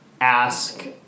ask